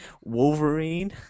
Wolverine